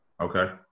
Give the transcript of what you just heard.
Okay